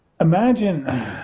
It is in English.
Imagine